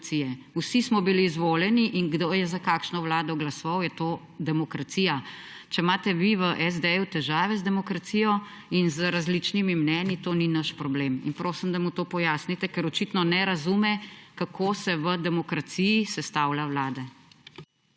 Vsi smo bili izvoljeni in kdo je za kakšno vlado glasoval, je to demokracija. Če imate vi v SD težave z demokracijo in z različnimi mnenji, to ni naš problem. Prosim, da mu to pojasnite, ker očitno ne razume, kako se v demokraciji sestavlja vlade.